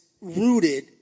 rooted